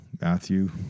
Matthew